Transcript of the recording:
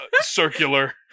circular